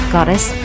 Goddess